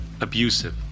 abusive